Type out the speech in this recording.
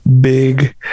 big